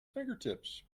fingertips